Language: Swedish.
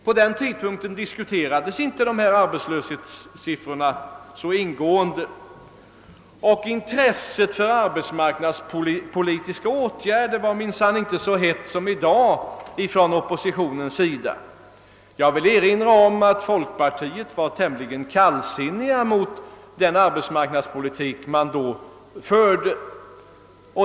På den tiden diskuterades inte dessa arbetslöshetssiffror så ingående, och intresset för arbetsmarknadspolitiska åtgärder var minsann från oppositionens sida inte så stort som i dag. Jag vill erinra om att folkpartiet var tämligen kallsinnigt mot den arbetsmarknadspolitik som då fördes.